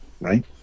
right